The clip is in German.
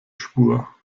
spur